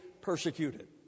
persecuted